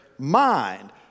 mind